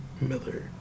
Miller